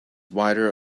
wider